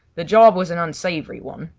the job was an unsavoury one,